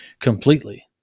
completely